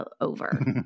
over